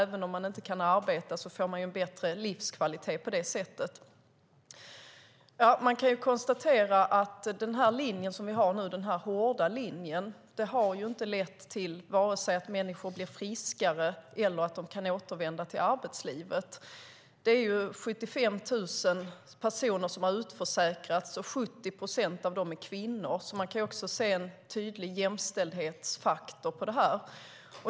Även om man inte kan arbeta får man en bättre livskvalitet på det sättet. Man kan konstatera att den linje som vi har nu - den hårda linjen - varken har lett till att människor blir friskare eller att de kan återvända till arbetslivet. Det är 75 000 personer som har utförsäkrats, och 70 procent av dem är kvinnor. Man kan alltså också se en tydlig jämställdhetsfaktor i detta.